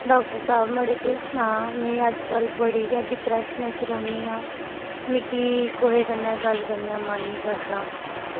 doctor साहब मड़ो केह् सनां में अज्जकल बड़ी गै डिप्रेशन च गै रौह्न्नी आं ते कुसै कन्नै कन्नै गल्ल करने दा मन निं करदा